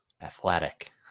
Athletic